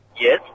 Yes